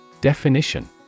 Definition